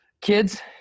kids